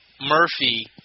Murphy